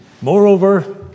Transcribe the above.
Moreover